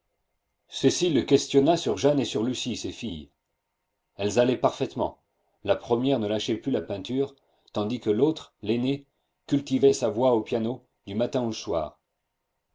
cécile le questionna sur jeanne et sur lucie ses filles elles allaient parfaitement la première ne lâchait plus la peinture tandis que l'autre l'aînée cultivait sa voix au piano du matin au soir